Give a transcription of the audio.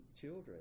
children